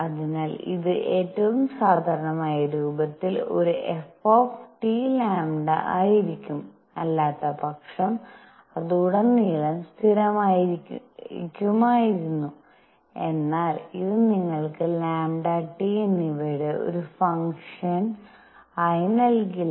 അതിനാൽ ഇത് ഏറ്റവും സാധാരണമായ രൂപത്തിൽ ഒരു f T λ ആയിരിക്കും അല്ലാത്തപക്ഷം അത് ഉടനീളം സ്ഥിരമായിരിക്കുമായിരുന്നു എന്നാൽ അത് നിങ്ങൾക്ക് λ T എന്നിവയുടെ ഒരു ഫംഗ്ഷൻ ആയി നൽകില്ല